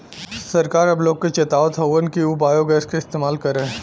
सरकार अब लोग के चेतावत हउवन कि उ बायोगैस क इस्तेमाल करे